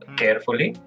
carefully